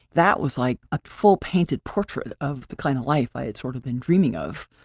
that was like a full painted portrait of the kind of life i had sort of been dreaming of,